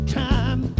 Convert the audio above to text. time